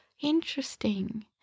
interesting